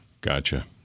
Gotcha